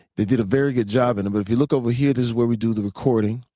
they did a very good job. and but if you look over here, this is where we do the recording.